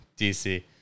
DC